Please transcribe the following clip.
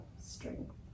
strength